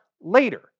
later